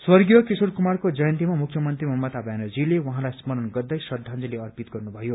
स्वर्गीय किशोर कुमारको जयन्तीमा मुख्यमन्त्री ममता ब्यानर्जीले उहाँलाई स्मरण गर्दै श्रद्धांजली अर्पित गर्नुभयो